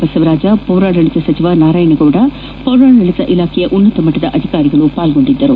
ಬಸವರಾಜ ಪೌರಾಡಳಿತ ಸಚಿವ ನಾರಾಯಣಗೌಡ ಹಾಗೂ ಪೌರಾಡಳಿತ ಇಲಾಖೆಯ ಉನ್ನತ ಮಟ್ಟದ ಅಧಿಕಾರಿಗಳು ಭಾಗವಹಿಸಿದ್ದರು